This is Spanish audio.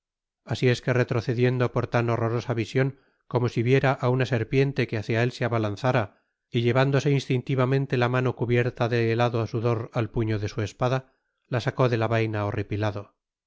así es que retrocediendo por tan horrorosa vision como si viera á una serpiente que hácia él se abalanzara y llevándose instintivamente la mano cubierta de helado sudor al puño de su espada la sacó de la vaina horripilado